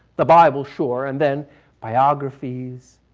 the bible sure, and then biographies,